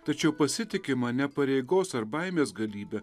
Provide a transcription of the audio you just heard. tačiau pasitikima ne pareigos ar baimės galybe